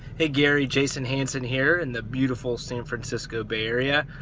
hey gary, jason hanson here in the beautiful san francisco bay area,